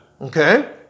okay